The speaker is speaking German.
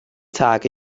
tag